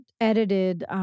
edited